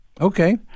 Okay